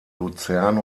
luzern